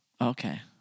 Okay